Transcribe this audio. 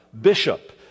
bishop